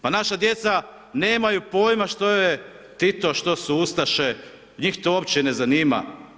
Pa naša djeca nemaju pojama što je Tito, što su ustaše, njih to u opće ne zanima.